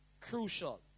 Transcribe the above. crucial